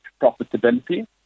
profitability